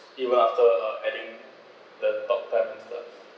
deal after uh adding the talk time instead